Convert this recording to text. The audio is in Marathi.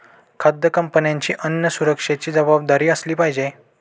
खाद्य कंपन्यांची अन्न सुरक्षेची जबाबदारी असली पाहिजे